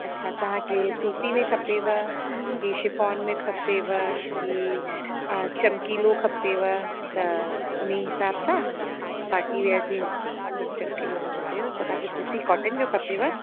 अच्छा तव्हांखे सूती में खपेव की शिफ़ॉन में खपेव की चमकीलो खपेव त उनी हिसाबु सां पार्टी वेयर जे मतिलब की अहिड़ो न खपेव त तव्हांखे सूती कॉटन जो खपेव